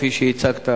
כפי שהצגת,